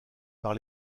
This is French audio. par